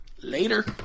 Later